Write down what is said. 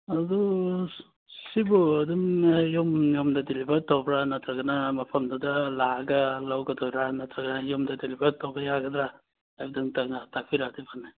ꯑꯗꯨ ꯁꯤꯕꯨ ꯑꯗꯨꯝ ꯍꯥꯏꯗꯤ ꯌꯨꯝ ꯌꯨꯝꯗ ꯗꯤꯂꯤꯚꯔ ꯇꯧꯕ꯭ꯔꯥ ꯅꯠꯇ꯭ꯔꯒꯅ ꯃꯐꯝꯗꯨꯗ ꯂꯥꯛꯑꯒ ꯂꯧꯒꯗꯣꯏꯔꯥ ꯅꯠꯇ꯭ꯔꯒꯅ ꯌꯨꯝꯗ ꯗꯤꯂꯤꯕꯔ ꯇꯧꯕ ꯌꯥꯒꯗ꯭ꯔꯥ ꯍꯥꯏꯕꯗꯨꯝꯇꯪꯒ ꯇꯥꯛꯄꯤꯔꯛꯑꯗꯤ ꯐꯅꯤ